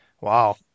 Wow